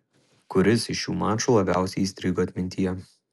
kuris iš šių mačų labiausiai įstrigo atmintyje